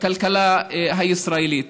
בכלכלה הישראלית.